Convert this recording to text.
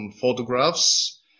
photographs